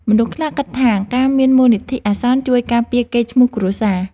មនុស្សខ្លះគិតថា ការមានមូលនិធិអាសន្នជួយការពារកេរ្តិ៍ឈ្មោះគ្រួសារ។